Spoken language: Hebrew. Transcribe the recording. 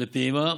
לפעימה,